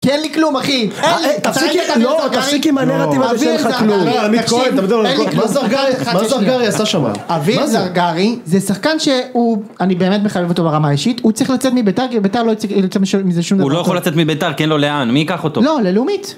כי אין לי כלום אחי! אין לי! תפסיק עם הנרטיב הזה שלך, כלום! מה זרגרי? מה זרגרי עשה שם? מה זרגרי זה שחקן שהוא, אני באמת מחבב אותו ברמה האישית, הוא צריך לצאת מביתר, ביתר לא צריך לצאת מזה שום דבר. הוא לא יכול לצאת מביתר לו, לאן? מי ייקח אותו? לא, ללאומית.